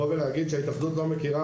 זה פשוט הבל לבוא ולהגיד שההתאחדות לא מכירה.